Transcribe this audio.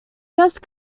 just